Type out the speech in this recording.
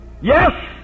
Yes